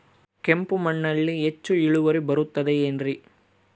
ಕೆಂಪು ಮಣ್ಣಲ್ಲಿ ಹೆಚ್ಚು ಇಳುವರಿ ಬರುತ್ತದೆ ಏನ್ರಿ?